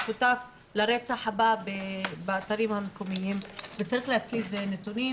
הוא שותף לרצח הבא באתרים המקומיים וצריך להצליב את הנתונים